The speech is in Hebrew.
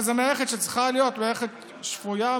אבל זאת מערכת שצריכה להיות מערכת שפויה,